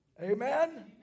Amen